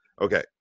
Okay